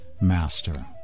master